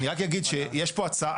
אני רק אגיד שיש פה הצעה,